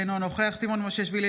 אינו נוכח סימון מושיאשוילי,